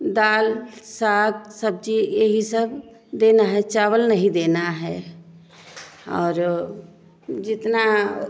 दाल साग सब्ज़ी यही सब देना है चावल नहीं देना है और जितना